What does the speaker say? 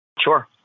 Sure